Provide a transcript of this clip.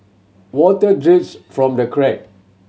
water drips from the crack